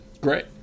Great